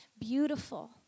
beautiful